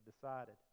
decided